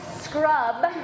scrub